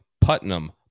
putnam